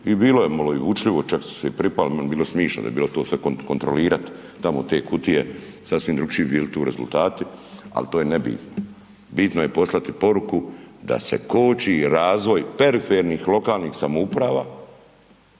i bilo je malo … čak su se i pripali meni je bilo smišno da bi bilo sve kontrolirati tamo te kutije, sasvim drugčiji bili tu rezultati ali to je nebitno. Bitno je poslati poruku da se koči razvoj perifernih lokalnih samouprava